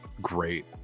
great